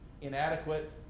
inadequate